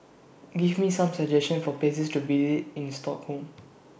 Give Me Some suggestions For Places to visit in Stockholm